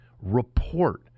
report